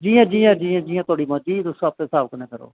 जियां जियां थुआढ़ी मर्जी तुस अपन स्हाब कन्नै करो